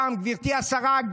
גברתי השרה,